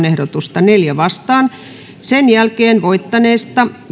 ehdotusta neljään vastaan sen jälkeen voittaneesta